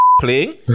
playing